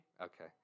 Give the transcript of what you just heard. Okay